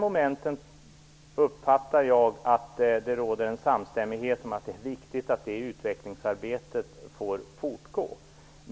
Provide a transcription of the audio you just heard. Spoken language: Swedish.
Jag uppfattar det så att det råder samstämmighet om att det är viktigt att det utvecklingsarbetet får fortgå.